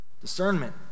Discernment